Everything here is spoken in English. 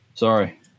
Sorry